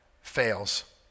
fails